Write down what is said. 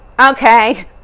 okay